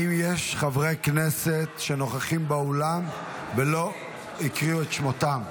נגד האם יש חברי כנסת שנוכחים באולם ולא הקריאו את שמותיהם?